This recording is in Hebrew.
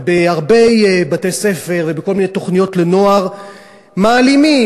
ובהרבה בתי-ספר ובכל מיני תוכניות לנוער מעלימים,